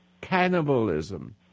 cannibalism